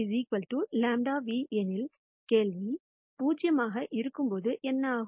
Aν λv எனில் கேள்வி 0 ஆக இருக்கும்போது என்ன ஆகும்